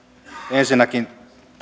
ensinnäkin